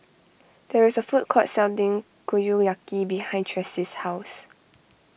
there is a food court selling Kushiyaki behind Traci's house